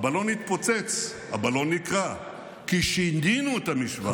הבלון התפוצץ, הבלון נקרע, כי שינינו את המשוואה.